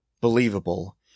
believable